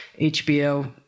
HBO